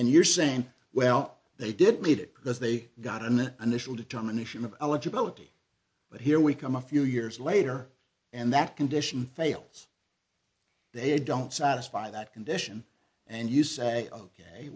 and you're saying well they didn't need it because they got an initial determination of eligibility but here we come a few years later and that condition fails they don't satisfy that condition and you say ok